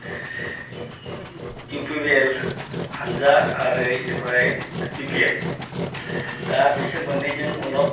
U P P L हानजा आरो बेनिफ्राय बि पि एफ दा बेसोर मोननैजों अलप